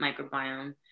microbiome